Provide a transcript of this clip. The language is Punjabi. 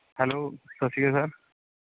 ਹੈਲੋ ਸਤਿ ਸ਼੍ਰੀ ਅਕਾਲ ਸਰ